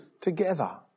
together